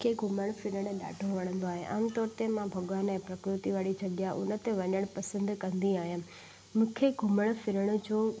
मूंखे घुमणु फिरणु ॾाढो वणंदो आहे आमतौरु ते मां भॻवान जी जेकी प्रकृति वारी जॻहि आहे उन ते वञणु पसंदि कंदी आहियां मूंखे घुमणु फिरण जो